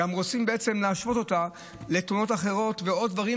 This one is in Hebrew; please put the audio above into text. גם רוצים להשוות אותה לתאונות אחרות ולעוד דברים